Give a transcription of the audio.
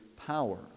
power